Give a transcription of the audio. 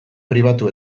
pribatu